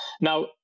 now